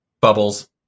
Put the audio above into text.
Bubbles